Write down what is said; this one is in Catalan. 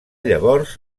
llavors